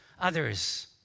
others